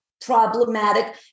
problematic